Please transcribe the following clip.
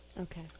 Okay